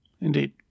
Indeed